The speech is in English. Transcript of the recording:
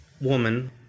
woman